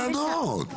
תני לו לענות.